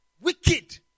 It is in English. Wicked